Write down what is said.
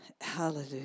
Hallelujah